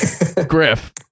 Griff